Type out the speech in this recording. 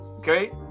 Okay